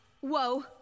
Whoa